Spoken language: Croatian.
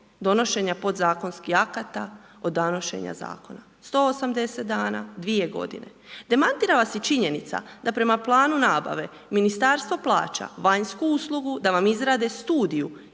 donošenja podzakonskih akata od donošenja Zakona. 180 dana, dvije godine. Demantira vas i činjenica da prema planu nabave Ministarstvo plaća vanjsku uslugu da vam izrade studiju